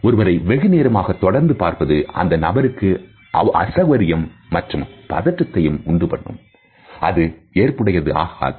ஒருவரை வெகுநேரமாக தொடர்ந்து பார்ப்பது அந்த நபருக்கு அசௌகரியம்மற்றும் பதற்றத்தையும் உண்டுபண்ணும் அது ஏற்புடையதாகாது